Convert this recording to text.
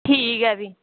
ठीक ऐ फ्ही